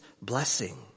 blessing